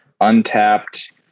Untapped